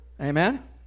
Amen